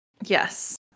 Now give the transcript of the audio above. Yes